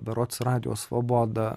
berods radijo svoboda